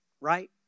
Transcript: Right